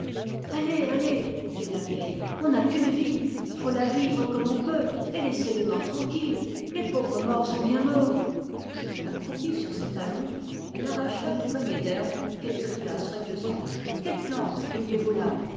allez allez dit la vieille on n'a qu'une vie faut la vivre comme on peut et laisser les morts tranquilles les pauvres morts sont bien morts accroupie sur les tallons elle arracha une poignée d'herbes qu'elle tria soigneusement quelles plantes cueillez vous là